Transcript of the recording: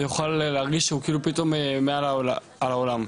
הוא יוכל להרגיש שהוא פתאום מעל העולם.